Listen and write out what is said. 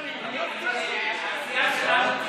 המליאה שלנו תתכנס,